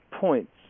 points